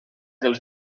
dels